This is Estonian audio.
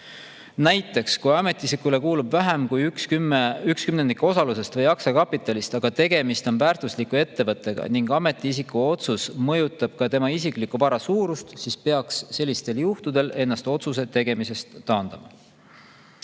Näiteks kui ametiisikule kuulub vähem kui üks kümnendik osalusest või aktsiakapitalist, aga tegemist on väärtusliku ettevõttega ning ametiisiku otsus mõjutab ka tema isikliku vara suurust, siis peaks ennast otsuse tegemisest taandama. Seitsmes